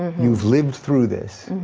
you've lived through this.